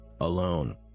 alone